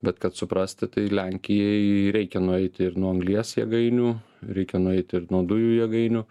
bet kad suprasti tai lenkijai reikia nueiti ir nuo anglies jėgainių reikia nueiti ir nuo dujų jėgainių